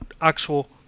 actual